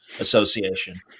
association